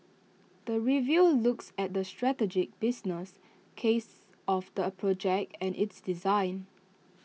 the review looks at the strategic business case of the project and its design